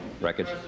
records